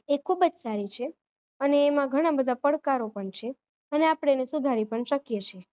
એ ખૂબ જ સારી છે અને એમાં ઘણા બધા પડકારો પણ છે અને આપણે એને સુધારી પણ શકીએ છીએ